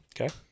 Okay